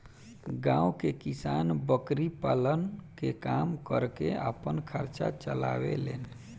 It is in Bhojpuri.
गांव के किसान बकरी पालन के काम करके आपन खर्चा के चलावे लेन